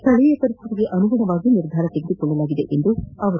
ಸ್ಥೀಯ ಪರಿಸ್ಥಿತಿಗೆ ಅನುಗುಣವಾಗಿ ನಿರ್ಧಾರ ತೆಗೆದುಕೊಳ್ಳಲಾಗಿದೆ ಎಂದರು